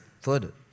further